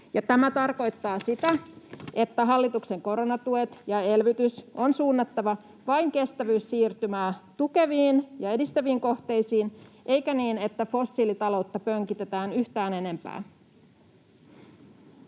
Tämä tarkoittaa sitä, että hallituksen koronatuet ja elvytys on suunnattava vain kestävyyssiirtymää tukeviin ja edistäviin kohteisiin eikä niin, että fossiilitaloutta pönkitetään yhtään enempää.